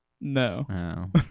No